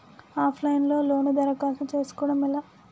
Of line లో loan దరఖాస్తు చేసుకోవడం ఎలా?